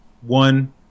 one